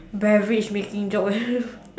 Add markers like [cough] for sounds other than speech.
beverage making job [laughs]